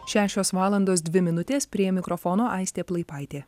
šešios valandos dvi minutės prie mikrofono aistė plaipaitė